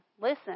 listen